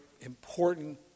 important